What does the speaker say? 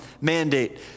mandate